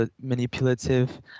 manipulative